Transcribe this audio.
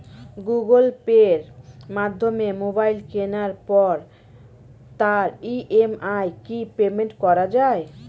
Google pay মাধ্যমে mobile কেনার পরে তার ই.এম.আই কি পেমেন্ট করা যায়?